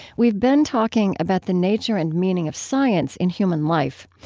we've been talking about the nature and meaning of science in human life.